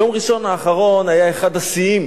יום ראשון האחרון היה אחד השיאים